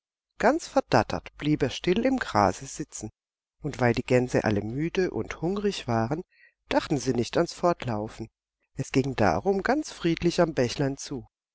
ganz verdattert blieb er still im grase sitzen und weil die gänse alle müde und hungrig waren dachten sie nicht ans fortlaufen es ging darum ganz friedlich am bächlein zu